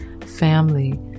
family